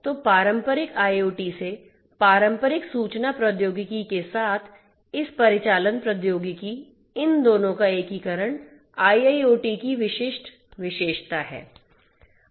तो पारंपरिक IoT से पारंपरिक सूचना प्रौद्योगिकी के साथ इस परिचालन प्रौद्योगिकी इन दोनों का एकीकरण IIoT की विशिष्ट विशेषता है